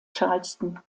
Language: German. charleston